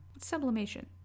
Sublimation